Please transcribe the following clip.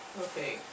Okay